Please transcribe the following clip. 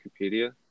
Wikipedia